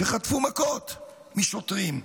שחטפו מכות משוטרים.